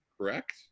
correct